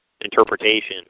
interpretation